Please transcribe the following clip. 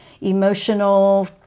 emotional